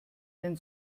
denn